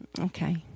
Okay